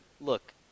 look